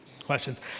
questions